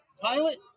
pilot